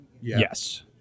yes